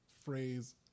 phrase